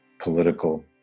political